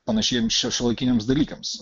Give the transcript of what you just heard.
panašiems šiuolaikiniams dalykams